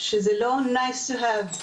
שזה לא Nice to have (נחמד שיש),